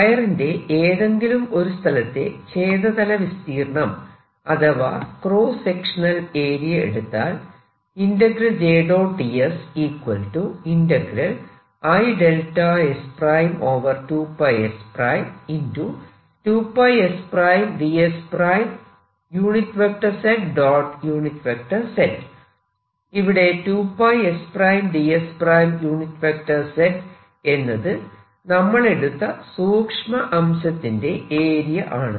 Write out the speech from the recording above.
വയറിന്റെ ഏതെങ്കിലും ഒരു സ്ഥലത്തെ ഛേദതല വിസ്തീർണം അഥവാ ക്രോസ്സ് സെക്ഷനൽ ഏരിയ എടുത്താൽ ഇവിടെ 2 sds z എന്നത് നമ്മൾ എടുത്ത സൂക്ഷ്മ അംശത്തിന്റെ ഏരിയ ആണ്